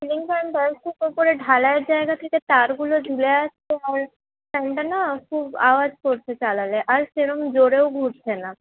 ceiling ফ্যানটা ঢালাইয়ের জায়গা থেকে তারগুলো ঝুলে ওইখানটা খুব আওয়াজ করছে চালালে আর সেরম জোরেও ঘুরছে না